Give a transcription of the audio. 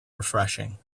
refreshing